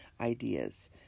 ideas